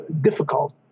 difficult